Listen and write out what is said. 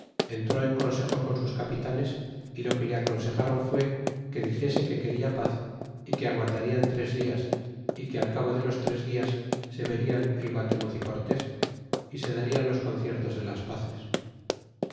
entró en consejo con sus capitanes y lo que le aconsejron fue que dixese que queda paz é que aguardarian tres dias é que al rabo de los tres dias se verian el guatemuz y cortés y se darían los conciertos de las paces yen